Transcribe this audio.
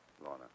Lorna